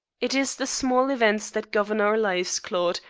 it is the small events that govern our lives, claude,